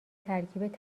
ترکیب